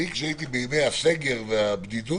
בימי הסגר והבדידות,